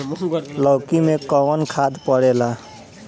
लौकी में कौन खाद पड़ेला?